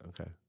Okay